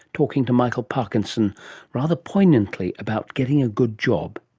talking to michael parkinson rather poignantly about getting a good job,